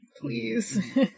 Please